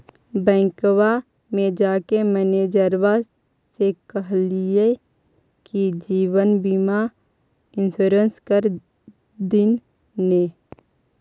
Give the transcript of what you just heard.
बैंकवा मे जाके मैनेजरवा के कहलिऐ कि जिवनबिमा इंश्योरेंस कर दिन ने?